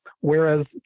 Whereas